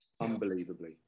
unbelievably